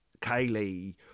Kaylee